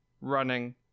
running